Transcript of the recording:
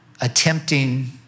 attempting